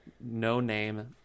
no-name